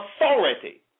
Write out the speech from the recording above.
authority